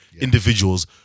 individuals